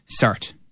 cert